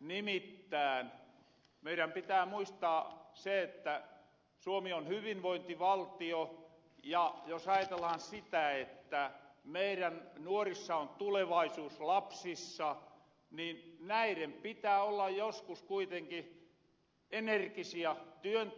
nimittään meirän pitää muistaa se että suomi on hyvinvointivaltio ja jos ajatellaan sitä että meirän nuorissa ja lapsissa on tulevaisuus niin näiren pitää olla joskus kuitenki energisiä työntekijöötä